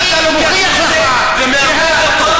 אני מוכיח לך, חבר הכנסת קיש.